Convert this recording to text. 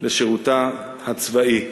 לשירותה הצבאי.